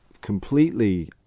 completely